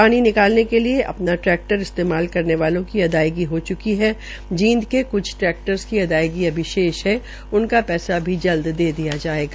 पानी निकालने के लिये अपना ट्रैक्टर इस्तेमाल करने वालों की अदायगी हो च्की है जींद के क्छ ट्रैक्टर की अदायगी शेष है उनका पैसा भी जल्द दे दिया जायेगा